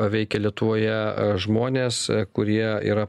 veikė lietuvoje žmonės kurie yra